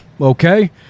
okay